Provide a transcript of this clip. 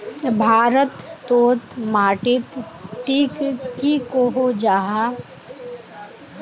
भारत तोत माटित टिक की कोहो जाहा?